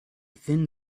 thin